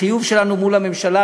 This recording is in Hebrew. החיוב שלנו מול הממשלה,